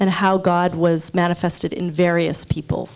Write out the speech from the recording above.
and how god was manifested in various people